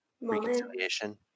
reconciliation